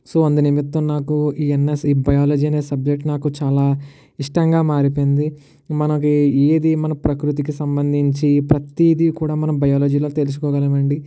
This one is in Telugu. సో అందునిమిత్తం నాకు ఈ ఎన్ఎస్ ఈ బయాలజీ అనే సబ్జెక్ట్ నాకు చాలా ఇష్టంగా మారిపోయింది మనకి ఏది మన ప్రకృతికి సంబంధించి ప్రతీది కూడా మనం బయాలజీలో తెలుసుకోగలము అండి